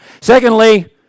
Secondly